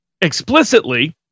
explicitly